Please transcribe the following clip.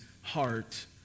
heart